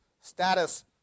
status